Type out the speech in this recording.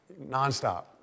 nonstop